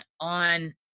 on